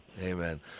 Amen